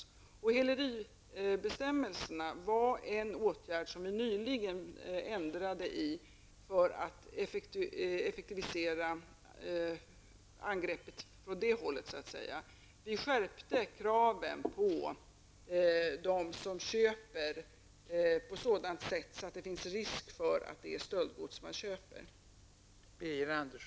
I fråga om häleribestämmelserna genomförde vi nyligen en ändring för att så att säga effektivisera angreppet från det hållet. Vi skärpte kraven på dem som köper varor när det finns en risk för att det är fråga om stöldgods.